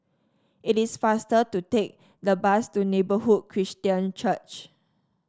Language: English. it is faster to take the bus to Neighbourhood Christian Church